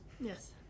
Yes